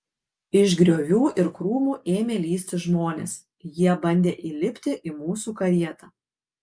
iš griovių ir krūmų ėmė lįsti žmonės jie bandė įlipti į mūsų karietą